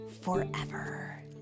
forever